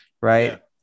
right